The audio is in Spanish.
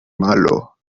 malo